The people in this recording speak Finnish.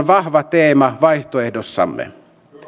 vahva teema vaihtoehdossamme